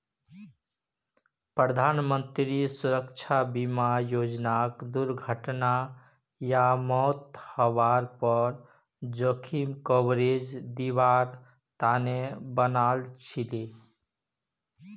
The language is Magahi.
प्रधानमंत्री सुरक्षा बीमा योजनाक दुर्घटना या मौत हवार पर जोखिम कवरेज दिवार तने बनाल छीले